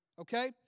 Okay